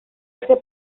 hace